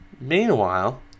meanwhile